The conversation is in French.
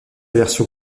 version